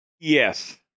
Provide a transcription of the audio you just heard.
Yes